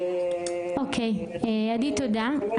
עדי, תודה.